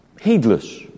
heedless